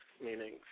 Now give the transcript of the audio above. meaning